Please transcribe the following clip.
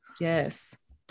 Yes